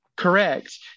Correct